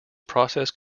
process